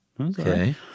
Okay